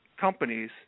companies